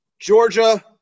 Georgia